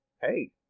hey